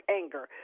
anger